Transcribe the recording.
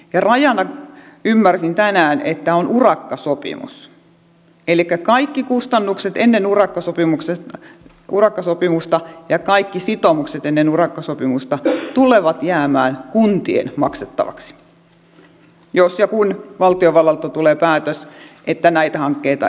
ja ymmärsin tänään että rajana on urakkasopimus elikkä kaikki kustannukset ennen urakkasopimusta ja kaikki sitoumukset ennen urakkasopimusta tulevat jäämään kuntien maksettavaksi jos ja kun valtiovallalta tulee päätös että näitä hankkeita ei saa rakentaa